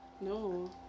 No